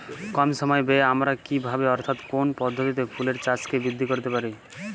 কম সময় ব্যায়ে আমরা কি ভাবে অর্থাৎ কোন পদ্ধতিতে ফুলের চাষকে বৃদ্ধি করতে পারি?